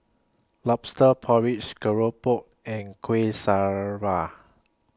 Lobster Porridge Keropok and Kueh Syara